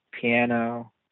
piano